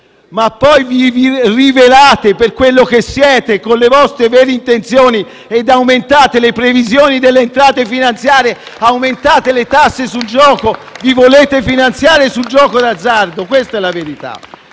ma poi vi rivelate per quello che siete, con le vostre vere intenzioni, e aumentate le previsioni delle entrate finanziarie, aumentate le tasse sul gioco: vi volete finanziare con il gioco d'azzardo, questa è la verità.